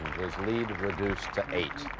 lead reduced to eight.